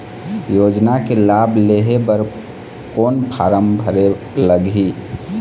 योजना के लाभ लेहे बर कोन फार्म भरे लगही?